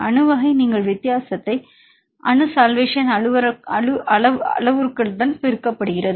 அணு வகை நீங்கள் வித்தியாசத்தைப் அணு சல்வேஷன் அளவுருக்களுடன் பெருக்கப்படுகிறது